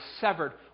severed